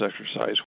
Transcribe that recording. exercise